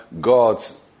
God's